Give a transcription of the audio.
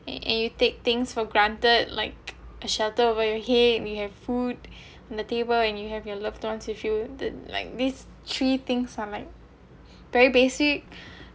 and you take things for granted like a shelter over your head and you have food in the table and you have your loved ones with you this like this three thing I'm like very basic